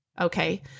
Okay